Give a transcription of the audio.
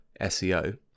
SEO